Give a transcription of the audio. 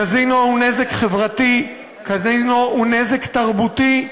קזינו הוא נזק חברתי, קזינו הוא נזק תרבותי,